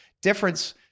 difference